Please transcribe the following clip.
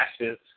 ashes